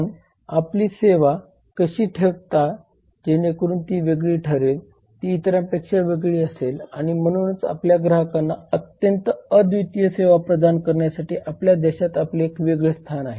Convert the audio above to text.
आपण आपली सेवा कशी ठेवता जेणेकरून ती वेगळी ठरेल ती इतरांपेक्षा वेगळी असेल आणि म्हणूनच आपल्या ग्राहकांना अत्यंत अद्वितीय सेवा प्रदान करण्यासाठी आपल्या देशात आपले एक वेगळे स्थान आहे